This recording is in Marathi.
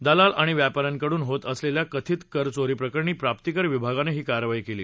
दलाल आणि व्यापा यांकडून होत असलेल्या कथित कर चोरीप्रकरणी प्राप्तीकर विभागानं ही कारवाई केली